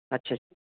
ਅੱਛਾ